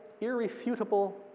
irrefutable